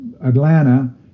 Atlanta